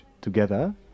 together